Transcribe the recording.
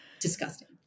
disgusting